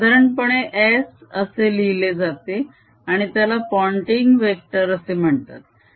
हे साधारणपणे S असे लिहिले जाते आणि त्याला पोन्टींग वेक्टर असे म्हणतात